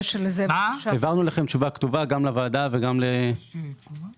העברנו תשובה כתובה גם לוועדה וגם אליכם.